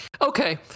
Okay